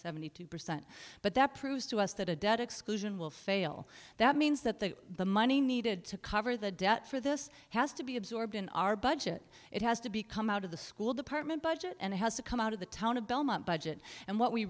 seventy two percent but that proves to us that a debt exclusion will fail that means that the the money needed to cover the debt for this has to be absorbed in our budget it has to be come out of the school department budget and it has to come out of the town of belmont budget and what we